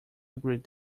agreed